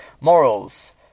morals